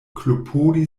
klopodi